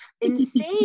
insane